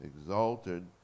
exalted